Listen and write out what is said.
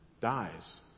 dies